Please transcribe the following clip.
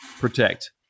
protect